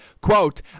Quote